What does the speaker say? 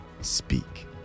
speak